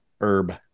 herb